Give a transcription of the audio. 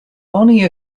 only